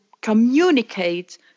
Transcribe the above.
communicate